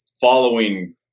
following